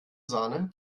sahne